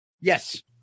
Yes